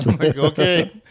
okay